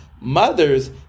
mothers